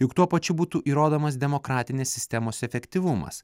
juk tuo pačiu būtų įrodomas demokratinės sistemos efektyvumas